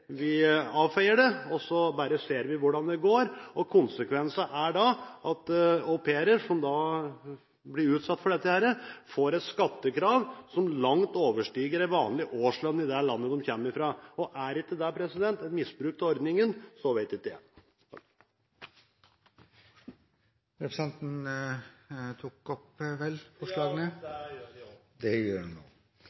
Man avfeier det bare og ser hvordan det går. Konsekvensene er da at au pairer som blir utsatt for dette, får et skattekrav som langt overstiger en vanlig årslønn i landet de kommer fra. Er ikke det misbruk av ordningen, så vet ikke jeg. Med dette tar jeg opp forslaget vårt. Representanten Morten Ørsal Johansen har tatt opp det